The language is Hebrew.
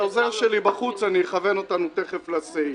העוזר שלי בחוץ, הוא יכוון אותנו תיכף לסעיף.